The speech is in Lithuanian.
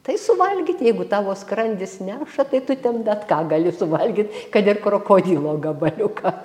tai suvalgyt jeigu tavo skrandis neša tai tu ten bet ką gali suvalgyt kad ir krokodilo gabaliuką